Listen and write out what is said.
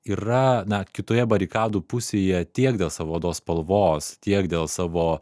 yra na kitoje barikadų pusėje tiek dėl savo odos spalvos tiek dėl savo